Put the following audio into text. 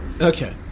Okay